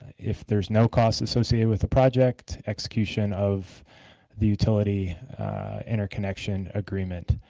if there's no costs associated with the project execution of the utility interconnection agreement.